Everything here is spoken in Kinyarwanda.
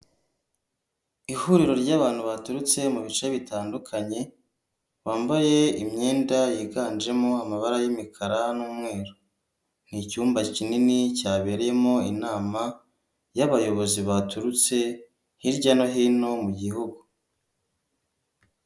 Ihuriro ry'abantu baturutse mu bice bitandukanye bambaye imyenda yiganjemo amabara y'imikara n'umweru ni icyumba kinini cyabereyemo inama y'abayobozi baturutse hirya no hino mu gihugu.